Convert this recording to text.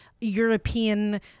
European